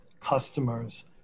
customers